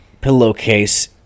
pillowcase